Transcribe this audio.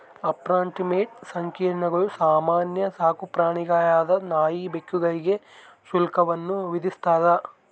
apartment ಸಂಕೀರ್ಣಗಳು ಸಾಮಾನ್ಯ ಸಾಕುಪ್ರಾಣಿಗಳಾದ ನಾಯಿ ಬೆಕ್ಕುಗಳಿಗೆ ಶುಲ್ಕವನ್ನು ವಿಧಿಸ್ತದ